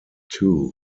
too